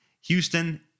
houston